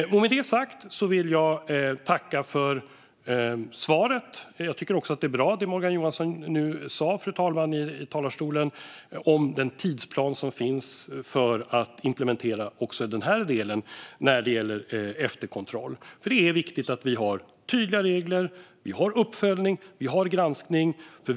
Med det sagt vill jag tacka för svaret. Det var bra det Morgan Johansson sa om tidsplanen för att implementera också delen om efterkontroll. Det är viktigt att vi har tydliga regler, uppföljning och granskning.